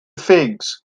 figs